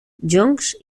joncs